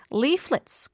leaflets